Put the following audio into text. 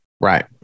Right